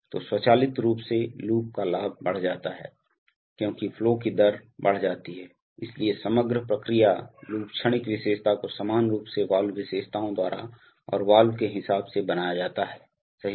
तो स्वचालित रूप से लूप का लाभ बढ़ जाता है क्योंकि फ्लो की दर बढ़ जाती है इसलिए समग्र प्रक्रिया लूप क्षणिक विशेषता को समान रूप से वाल्व विशेषताओं द्वारा और वाल्व के हिसाब से बनाया जाता है सही है